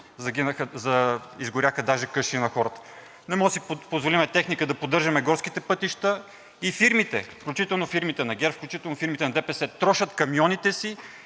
изгоряха даже къщи на хората. Не можем да си позволим техника да поддържаме горските пътища и фирмите, включително фирмите на ГЕРБ, включително фирмите на ДПС, трошат камионите си